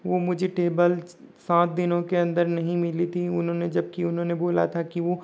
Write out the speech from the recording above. वो मुझे टेबल सात दिनों के अंदर नहीं मिली थी उन्होंने जबकि उन्होंने बोला था कि वो